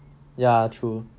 ya true